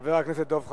חבר הכנסת דב חנין.